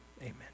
Amen